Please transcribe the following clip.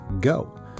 go